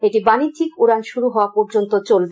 এটি বানিজ্যিক উডান শুরু হওয়া পর্যন্ত চলবে